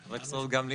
חבר הכנסת רוטמן,